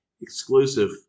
exclusive